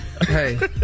Hey